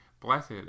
Blessed